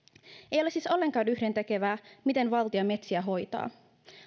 ei ole siis ollenkaan yhdentekevää miten valtio metsiä hoitaa